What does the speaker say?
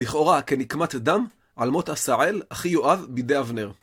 לכאורה, כנקמת דם על מות עשאל אחי יואב בידי אבנר.